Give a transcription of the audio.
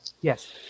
Yes